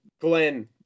Glenn